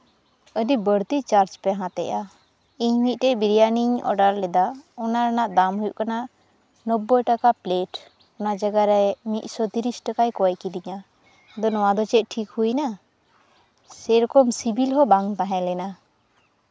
ᱟᱹᱰᱤ ᱵᱟᱹᱲᱛᱤ ᱪᱟᱨᱡᱽ ᱯᱮ ᱦᱟᱛᱮᱜᱼᱟ ᱤᱧ ᱢᱤᱫᱴᱮᱡ ᱵᱤᱨᱭᱟᱱᱤᱧ ᱚᱰᱟᱨ ᱞᱮᱫᱟ ᱚᱱᱟ ᱨᱮᱭᱟᱜ ᱫᱟᱢ ᱦᱩᱭᱩᱜ ᱠᱟᱱᱟ ᱱᱳᱵᱽᱵᱳᱭ ᱴᱟᱠᱟ ᱯᱞᱮᱴ ᱚᱱᱟ ᱡᱟᱭᱜᱟ ᱨᱮ ᱢᱤᱫ ᱥᱚ ᱛᱤᱨᱤᱥ ᱴᱟᱠᱟᱭ ᱠᱚᱭ ᱠᱤᱫᱤᱧᱟᱹ ᱟᱫᱚ ᱱᱚᱣᱟ ᱫᱚ ᱪᱮᱫ ᱴᱷᱤᱠ ᱦᱩᱭᱱᱟ ᱥᱮᱭᱨᱚᱠᱚᱢ ᱥᱤᱵᱤᱞ ᱦᱚᱸ ᱵᱟᱝ ᱛᱟᱦᱮᱸ ᱞᱮᱱᱟ